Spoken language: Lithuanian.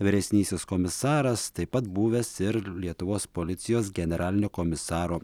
vyresnysis komisaras taip pat buvęs ir lietuvos policijos generalinio komisaro